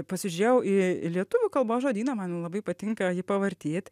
pasižiūrėjau į lietuvių kalbos žodyną man labai patinka jį pavartyt